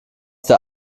der